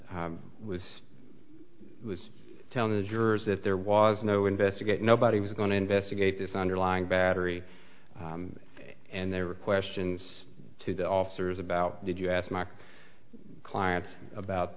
was telling the jurors that there was no investigate nobody was going to investigate this underlying battery and there were questions to the officers about did you ask my clients about